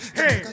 hey